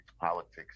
politics